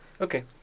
Okay